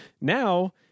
Now